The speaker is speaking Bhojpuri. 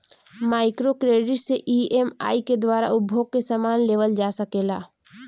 माइक्रो क्रेडिट से ई.एम.आई के द्वारा उपभोग के समान लेवल जा सकेला